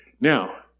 Now